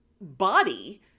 body